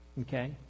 Okay